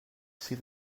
see